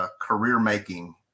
career-making